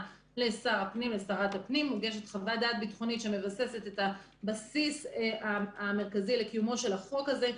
לשר הפנים שמבססת את הבסיס המרכזי לקיומו של החוק הזה,